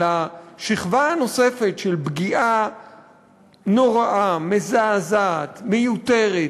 על השכבה הנוספת של פגיעה נוראה, מזעזעת, מיותרת.